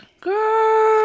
girl